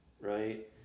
right